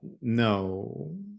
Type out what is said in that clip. no